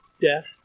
Death